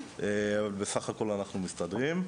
אבל בסך הכל, אנחנו מסתדרים.